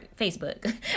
facebook